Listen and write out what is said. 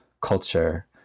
culture